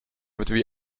mit